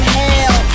hell